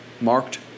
Marked